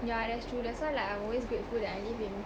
yeah that's true that's why like I'm always grateful that I live in